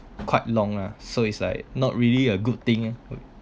quite long lah so it's like not really a good thing